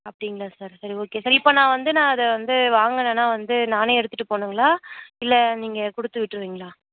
அப்படிங்களா சார் சரி okay sir இப்போ நான் வந்து நான் அதை வந்து வாங்கினேன்னா வந்து நானே எடுத்துகிட்டு போகணுங்களா இல்லை நீங்கள் கொடுத்துவிட்ருவீங்களா